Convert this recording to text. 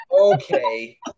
Okay